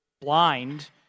blind